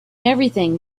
everything